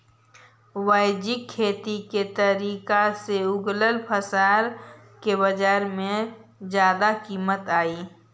जैविक खेती के तरीका से उगाएल फसल के बाजार में जादा कीमत हई